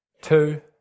Two